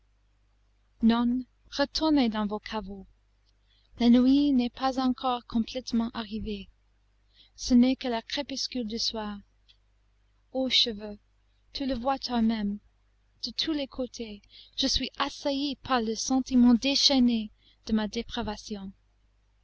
nonnes retournez dans vos caveaux la nuit n'est pas encore complètement arrivée ce n'est que le crépuscule du soir o cheveu tu le vois toi-même de tous les côtés je suis assailli par le sentiment déchaîné de ma dépravation